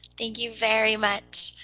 thank you very much.